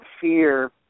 fear